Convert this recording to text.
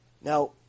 Now